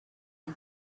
him